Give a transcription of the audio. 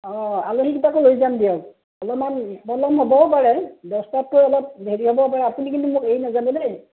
অঁ আলহীকেইটাকো লৈ যাম দিয়ক অলপমান পলম হ'বও পাৰে দহটাতকৈ অলপ হেৰি হ'ব পাৰে আপুনি কিন্তু মোক এই নাযানে দেই